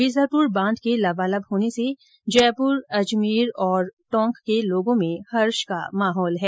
बीसलपुर बांध के लबाबल होने से जयपुर अजमेर और टोंक के लोगों में हर्ष का माहौल है